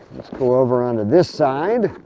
let's go over onto this side.